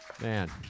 Man